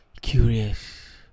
curious